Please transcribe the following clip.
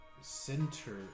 Center